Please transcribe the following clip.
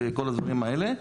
וכל הדברים האלה,